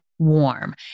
warm